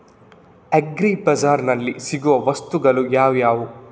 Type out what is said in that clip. Agri ಬಜಾರ್ನಲ್ಲಿ ಸಿಗುವ ವಸ್ತುಗಳು ಯಾವುವು?